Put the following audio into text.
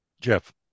Jeff